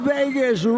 Vegas